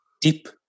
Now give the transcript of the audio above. deep